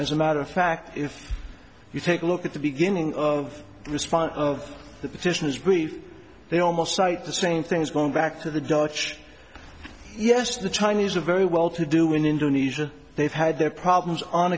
as a matter of fact if you take a look at the beginning of the response of the petitioners brief they almost cite the same things going back to the dutch yes the chinese are very well to do in indonesia they've had their problems on